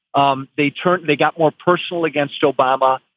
um they turned they got more personal against obama.